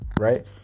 right